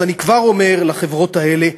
אז אני כבר אומר לחברות האלה: